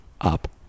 up